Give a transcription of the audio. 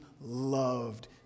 loved